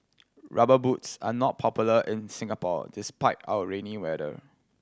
Rubber Boots are not popular in Singapore despite our rainy weather